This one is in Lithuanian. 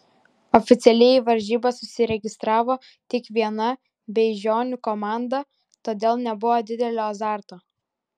oficialiai į varžybas užsiregistravo tik viena beižionių komanda todėl nebuvo didelio azarto